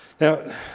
Now